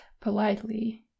politely